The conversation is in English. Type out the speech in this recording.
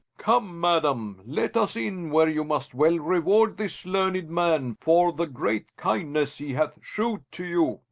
come, madam, let us in, where you must well reward this learned man for the great kindness he hath shewed to you.